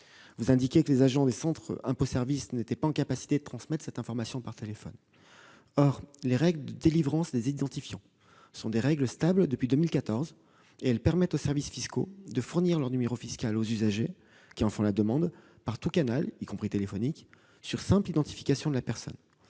Vous indiquez que les agents des centres « impôts service » n'étaient pas en capacité de transmettre cette information par téléphone. Or les règles de délivrance des identifiants sont des règles stables depuis 2014, et elles permettent aux services fiscaux de fournir le numéro fiscal aux usagers qui en font la demande, par tout canal, y compris téléphonique, sur simple identification de la personne.